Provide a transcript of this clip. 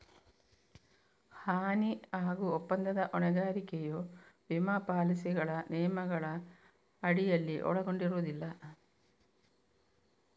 ಹಾನಿ ಹಾಗೂ ಒಪ್ಪಂದದ ಹೊಣೆಗಾರಿಕೆಯು ವಿಮಾ ಪಾಲಿಸಿಗಳ ನಿಯಮಗಳ ಅಡಿಯಲ್ಲಿ ಒಳಗೊಂಡಿರುವುದಿಲ್ಲ